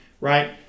right